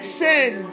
sin